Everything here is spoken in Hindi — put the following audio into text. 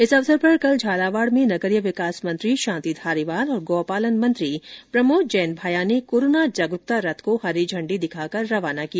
इस अवसर पर कल झालावाड़ में नगरीय विकास मंत्री शांति धारीवाल और गोपालन मंत्री प्रमोद जैन भाया ने कोरोना जागरूकता रथ को हरी झण्डी दिखाकर रवाना किया